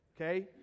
okay